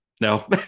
No